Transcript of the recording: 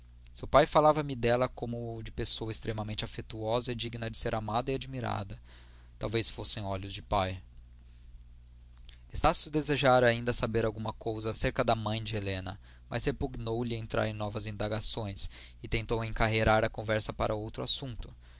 seu pai falava-me dela como de pessoa extremamente afetuosa e digna de ser amada e admirada talvez fossem olhos de pai estácio desejara ainda saber alguma coisa acerca da mãe de helena mas repugnou lhe entrar em novas indagações e tentou encarreirar a conversa para outro assunto